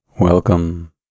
Welcome